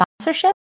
sponsorship